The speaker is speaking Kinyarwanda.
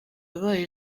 yabaye